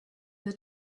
the